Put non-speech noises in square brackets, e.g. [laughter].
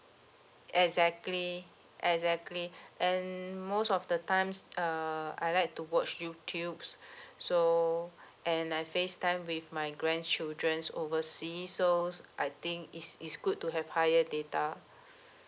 exactly exactly [breath] and most of the times err I like to watch YouTube [breath] so [breath] and I facetime with my grandchildrens overseas so I think it's it's good to have higher data